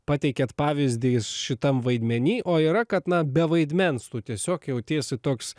pateikėt pavyzdį jis šitam vaidmenyje o yra kad na be vaidmens tu tiesiog jautiesi toks